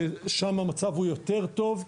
ששם המצב הוא יותר טוב.